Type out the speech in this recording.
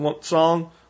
song